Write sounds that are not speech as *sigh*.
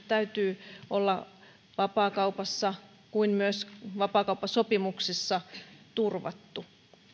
*unintelligible* täytyy olla vapaakaupassa kuten myös vapaakauppasopimuksissa turvattuja